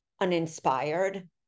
uninspired